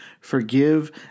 Forgive